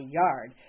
yard